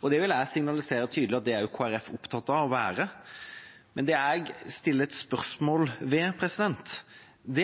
Det vil jeg signalisere tydelig at også Kristelig Folkeparti er opptatt av å være. Men det jeg stiller spørsmål ved,